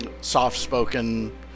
soft-spoken